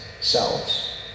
selves